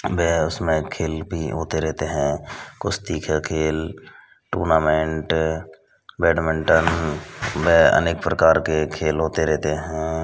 अंबेया उसमें खेल भी होते रहते हैं कुश्ती का खेल टूर्नामेंट बैडमिंटन व अनेक प्रकार के खेल होते रहते हैं